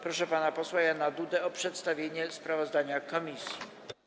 Proszę pana posła Jana Dudę o przedstawienie sprawozdania komisji.